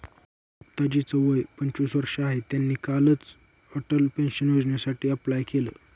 गुप्ता जी च वय पंचवीस वर्ष आहे, त्यांनी कालच अटल पेन्शन योजनेसाठी अप्लाय केलं